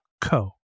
co